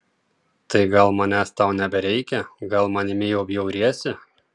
tai gal manęs tau nebereikia gal manimi jau bjauriesi